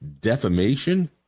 defamation